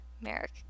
Merrick